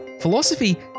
Philosophy